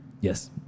Yes